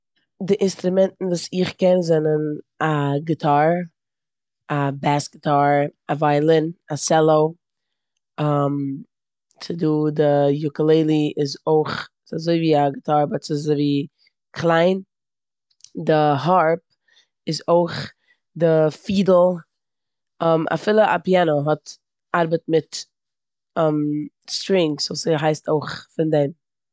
די אינסטראמענטן וואס איך קען זענען א גיטאר, א בעס גיטאר, א וויאלין, א סעלא, ס'דא די יוקעלע איז אויך- ס'אזויווי א גיטאר באט ס'אזויווי קליין, די הארפ איז אויך, די פידל, אפילו די פיאנא האט- ארבעט מיט סטרינגס סאו ס'הייסט אויך פון דעם.